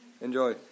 Enjoy